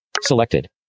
Selected